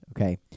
okay